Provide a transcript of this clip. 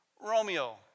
Romeo